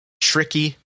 tricky